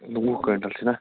وُہ کوینٹَل چھِنا